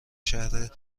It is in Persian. شهر